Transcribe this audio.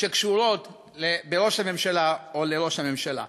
שקשורות בראש הממשלה או לראש הממשלה.